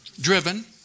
Driven